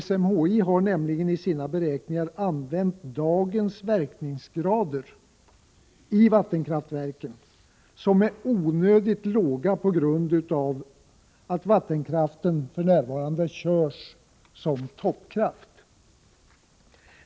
SMHI har nämligen i sina beräkningar använt dagens verkningsgrader i vattenkraftverken, och de är onödigt låga på grund av att vattenkraften för närvarande körs som toppkraft.